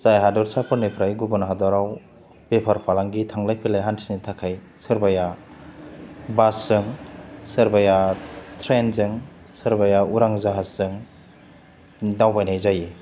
जाय हादरसाफोरनिफ्राय गुबुन हादराव बेफार फालांगि थांलाय फैलाय हान्थिनो थाखाय सोरबाया बासजों सोरबाया ट्रेनजों सोरबाया उरां जाहासजों दावबायनाय जायो